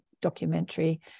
documentary